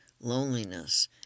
loneliness